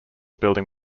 building